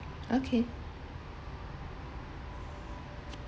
okay